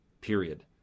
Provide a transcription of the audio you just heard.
period